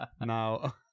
Now